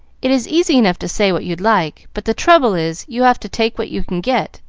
it is easy enough to say what you'd like but the trouble is, you have to take what you can get,